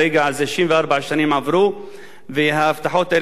64 שנים עברו וההבטחות האלה לא קוימו,